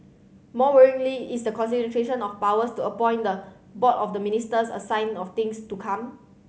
more worryingly is the concentration of powers to appoint the board of the minister a sign of things to come